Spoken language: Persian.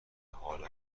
حال